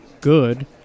good